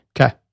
Okay